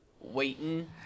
waiting